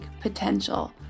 potential